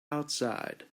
outside